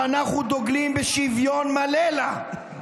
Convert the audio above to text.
שאנחנו דוגלים בשוויון מלא לה,